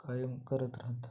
कायम करत राहतात